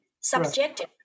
subjective